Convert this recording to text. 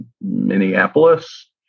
Minneapolis